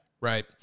Right